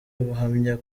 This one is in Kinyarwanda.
ubuhamya